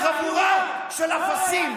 חבורה של אפסים.